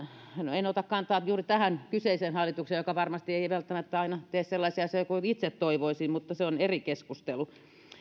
en ota kantaa juuri tähän kyseiseen hallitukseen joka ei varmasti välttämättä aina tee sellaisia asioita kuin itse toivoisin mutta se on eri keskustelu